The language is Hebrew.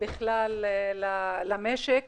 למשק